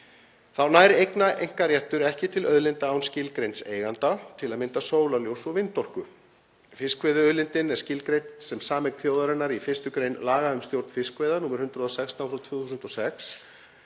Þá nær einkaeignarréttur ekki til auðlinda án skilgreinds eiganda, til að mynda sólarljóss og vindorku. Fiskveiðiauðlindin er skilgreind sem sameign þjóðarinnar í 1. gr laga um stjórn fiskveiða, nr. 116/2006.